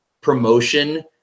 promotion